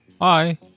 Hi